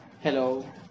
Hello